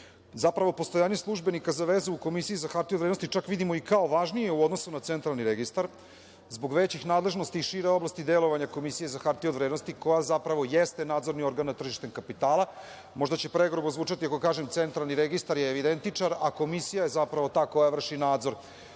Zapravo, postojanje službenika za vezu u Komisiji za hartije od vrednosti čak vidimo i kao važnije u odnosu na Centralni registar, zbog većih nadležnosti i šire oblasti delovanja Komisije za hartije od vrednosti, koja zapravo jeste nadzorni organ nad tržištem kapitala. Možda će pregrubo zvučati ako kažem da je Centralni registar evidentičar a Komisija je zapravo ta koja vrši